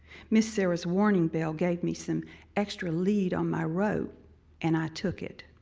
miss sarah's warning bell gave me some extra lead on my rope and i took it.